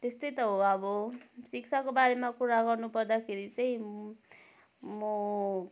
त्यस्तै हो अब शिक्षाको बारेमा कुरा गर्नु पर्दाखेरि चाहिँ म